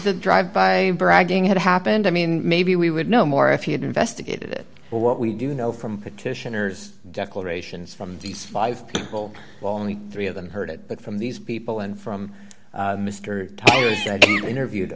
the drive by bragging had happened i mean maybe we would know more if he had investigated it but what we do know from petitioners declarations from these five people well only three of them heard it but from these people and from mr interviewed